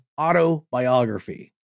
autobiography